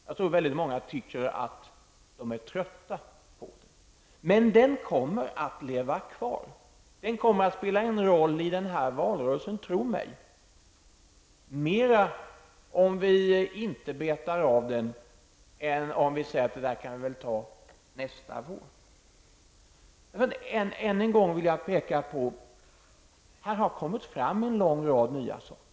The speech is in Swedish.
Jag tror väldigt många är trötta på den, men den kommer att leva kvar och spela en roll i denna valrörelse, tro mig, ännu mer om vi inte betar av den nu och i stället säger att vi kan ta det nästa år. Det har kommit fram en lång rad nya saker.